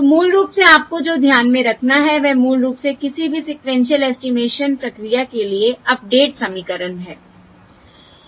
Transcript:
तो मूल रूप से आपको जो ध्यान में रखना है वह मूल रूप से किसी भी सीक्वेन्शिअल एस्टिमेशन प्रक्रिया के लिए अपडेट समीकरण हैं